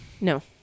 No